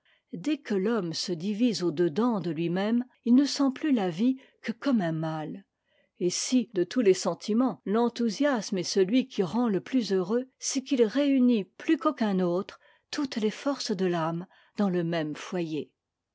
dès que l'homme se divise auitiedans de lui-même il ne sent plus la vie que comme un mal et si de tous les sentiments l'enthousiasme est celui qui rend le plus heureux c'est qu'il réunit plus qu'aucun autre toutes les foi ces de l'âme dans le même foyer